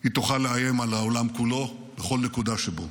היא תוכל לאיים על העולם כולו בכל נקודה שבו.